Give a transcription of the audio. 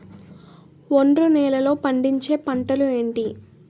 ఒండ్రు నేలలో పండించే పంటలు ఏంటి?